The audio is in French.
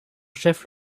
chef